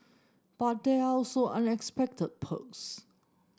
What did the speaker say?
but there are also unexpected perks